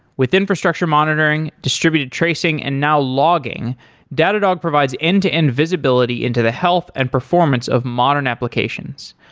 with infrastructure monitoring, distributed tracing and now logging datadog provides end-to-end visibility into the health and performance of modern applications.